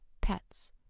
pets